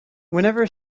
whenever